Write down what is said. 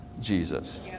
Jesus